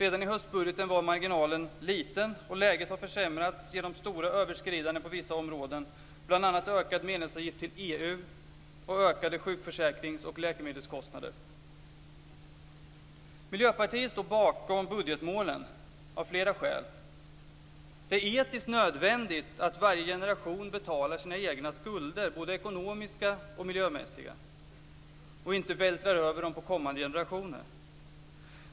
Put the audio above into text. Redan i höstbudgeten var marginalen liten, och läget har försämrats genom stora överskridanden på vissa områden, bl.a. ökad medlemsavgift till EU och ökade sjukförsäkrings och läkemedelskostnader. Miljöpartiet står bakom budgetmålen av flera skäl. Det är etiskt nödvändigt att varje generation betalar sina egna skulder, både ekonomiska och miljömässiga, och inte vältrar över dem på kommande generationer.